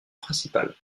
principal